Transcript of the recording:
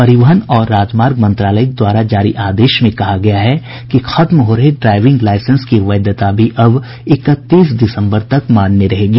परिवहन और राजमार्ग मंत्रालय द्वारा जारी आदेश में कहा गया है कि खत्म हो रहे ड्राइविंग लाईसेंस की वैधता भी अब इकतीस दिसम्बर तक मान्य रहेगी